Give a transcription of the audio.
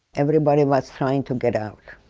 everybody was trying to get out.